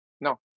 No